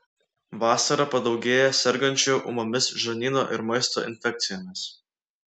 vasarą padaugėja sergančių ūmiomis žarnyno ir maisto infekcijomis